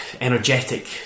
energetic